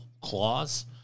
clause